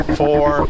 four